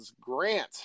Grant